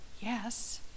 yes